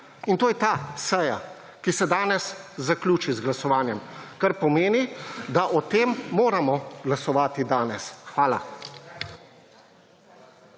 In to je ta seja, ki se danes zaključi z glasovanjem, kar pomeni, da o tem moramo glasovati danes. Hvala.